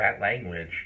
language